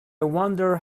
wonder